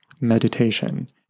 meditation